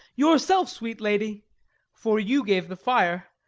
yourself, sweet lady for you gave the fire.